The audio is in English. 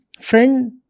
Friend